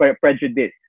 prejudice